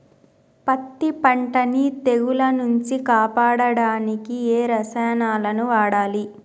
పత్తి పంటని తెగుల నుంచి కాపాడడానికి ఏ రసాయనాలను వాడాలి?